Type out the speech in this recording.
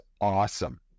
awesome